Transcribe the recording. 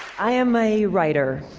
i am a writer.